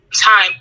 time